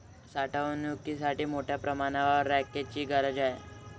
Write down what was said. साठवणुकीसाठी मोठ्या प्रमाणावर रॅकची गरज पडते